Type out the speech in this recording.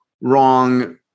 Wrong